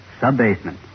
Sub-Basement